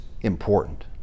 important